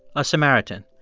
a samaritan.